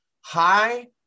high